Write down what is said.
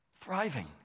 thriving